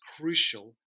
Crucial